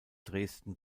dresden